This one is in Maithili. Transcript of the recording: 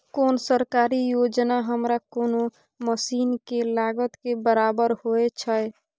कोन सरकारी योजना हमरा कोनो मसीन के लागत के बराबर होय छै?